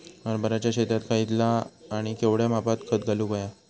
हरभराच्या शेतात खयचा आणि केवढया मापात खत घालुक व्हया?